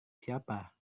siapa